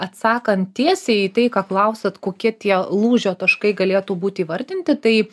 atsakant tiesiai į tai ką klausiat kokie tie lūžio taškai galėtų būt įvardinti tai